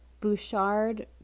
Bouchard